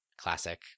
Classic